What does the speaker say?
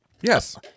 Yes